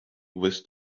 with